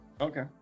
okay